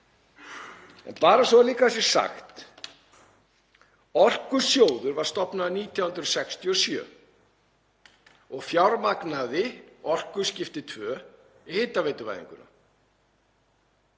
svo það sé líka sagt: Orkusjóður var stofnaður 1967 og fjármagnaði orkuskipti 2 við hitaveituvæðinguna.